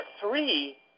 three